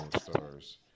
stars